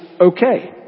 okay